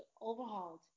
overhauled